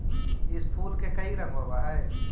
इस फूल के कई रंग होव हई